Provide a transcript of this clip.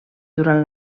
durant